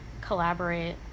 collaborate